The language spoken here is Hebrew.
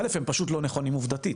א', הם פשוט לא נכונים עובדתית.